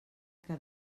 que